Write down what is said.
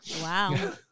Wow